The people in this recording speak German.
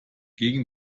gegen